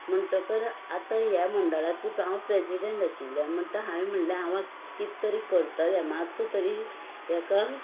म्हणकर आतां ह्या मंडळाची पळय हांव प्रॅजिडण आशिल्लें म्हणटा हांवें म्हळ्ळें हांव कित तरी करतलें मातसो तरी हाका